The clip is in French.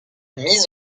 mise